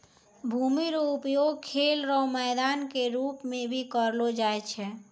भूमि रो उपयोग खेल रो मैदान के रूप मे भी करलो जाय छै